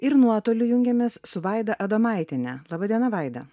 ir nuotoliu jungiamės su vaida adomaitiene laba diena vaida